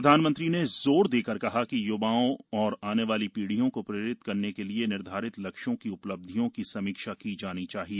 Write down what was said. प्रधानमंत्री ने जोर देकर कहा कि य्वाओं और आने वाली पीढ़ियों को प्रेरित करने के लिए निर्धारित लक्ष्यों की उपलब्धियों की समीक्षा की जानी चाहिए